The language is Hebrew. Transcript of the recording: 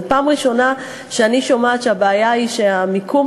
זו פעם ראשונה שאני שומעת שהבעיה היא שהמיקום